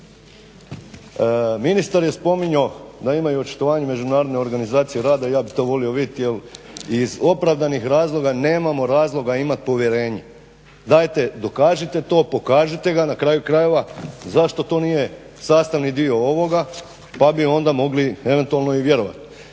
Ministar je spominjao da ima očitovanje Međunarodne organizacije rada i ja bih to volio vidjeti jer iz opravdanih razloga nemamo razloga imati povjerenje. Dajte dokažite to, pokažite ga. Na kraju krajeva zašto to nije sastavni dio ovoga pa bi onda mogli eventualno i vjerovati.